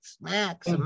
max